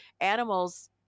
animals